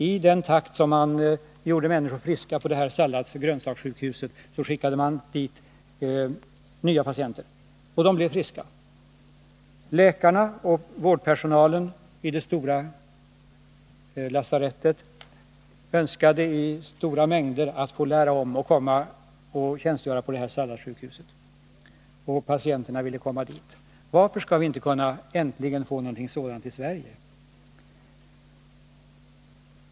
I den takt som man gjorde människor friska på det här salladssjukhuset skickade man snabbt dit nya patienter. Många av läkarna och vårdpersonalen inom de övriga delarna av lasarettet önskade att de skulle få lära om och att de därefter skulle få tjänstgöra på det här ”salladssjukhuset”. Varför skulle vi inte kunna få någonting sådant också i Sverige?